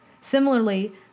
Similarly